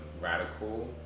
radical